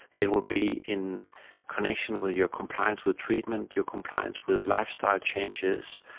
it will be in connection with your compliance with treatment, your compliance with lifestyle changes,